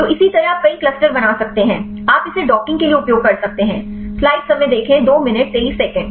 तो इसी तरह आप कई क्लस्टर बना सकते हैं और इस क्लस्टर से आप नमूना संरचनाओं की पहचान कर सकते हैं आप इसे डॉकिंग के लिए उपयोग कर सकते हैं